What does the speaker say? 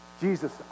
Jesus